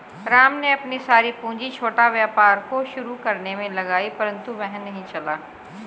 राम ने अपनी सारी पूंजी छोटा व्यापार को शुरू करने मे लगाई परन्तु वह नहीं चला